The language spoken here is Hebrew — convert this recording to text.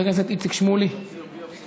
מוותר, חבר הכנסת איציק שמולי מוותר,